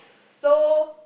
so